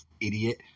idiot